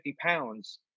pounds